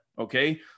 Okay